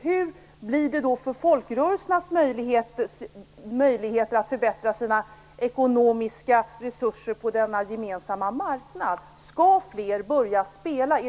Hur blir det då med folkrörelsernas möjligheter att förbättra sina ekonomiska resurser på denna gemensamma marknad? Skall fler börja spela?